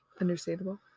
Understandable